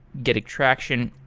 getting traction.